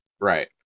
Right